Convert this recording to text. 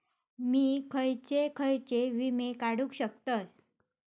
मी खयचे खयचे विमे काढू शकतय?